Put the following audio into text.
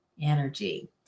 energy